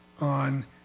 on